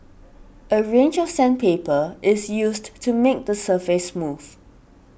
a range of sandpaper is used to make the surface smooth